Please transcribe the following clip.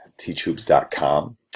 teachhoops.com